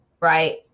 right